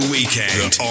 Weekend